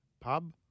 pub